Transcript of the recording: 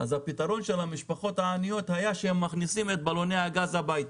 אז הפתרון של המשפחות העניות היה שהם מכניסים את בלוני הגז הביתה,